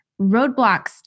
roadblocks